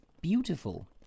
beautiful